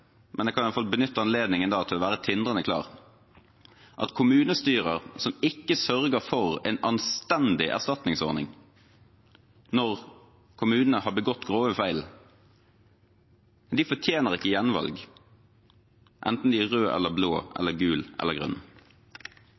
men jeg kan i alle fall benytte anledningen til å være tindrende klar: Kommunestyrer som ikke sørger for en anstendig erstatningsordning når kommunene har begått grove feil, fortjener ikke gjenvalg, enten de er røde, blå, gule eller